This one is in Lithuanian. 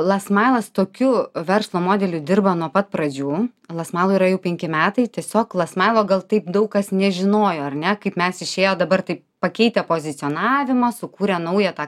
lasmailas tokiu verslo modeliu dirba nuo pat pradžių lasmailui yra jau penki metai tiesiog lasmailo gal taip daug kas nežinojo ar ne kaip mes išėjo dabar taip pakeitė pozicionavimą sukūrė naują tą